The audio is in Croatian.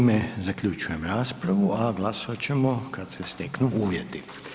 Time zaključujem raspravu, a glasovat ćemo kad se steknu uvjeti.